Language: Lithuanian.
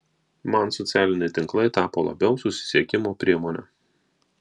man socialiniai tinklai tapo labiau susisiekimo priemone